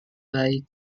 baik